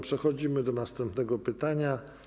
Przechodzimy do następnego pytania.